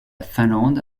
finlande